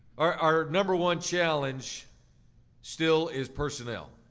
our our number one challenge still is personnel.